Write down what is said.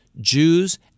Jews